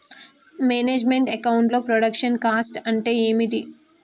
Manage meant account లో production cost అంటే ఏమిటి?